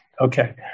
Okay